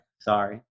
sorry